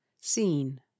Scene